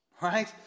Right